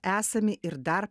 esami ir dar